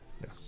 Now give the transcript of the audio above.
yes